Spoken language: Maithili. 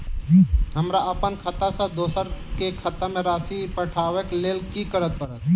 हमरा अप्पन खाता सँ दोसर केँ खाता मे राशि पठेवाक लेल की करऽ पड़त?